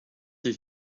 did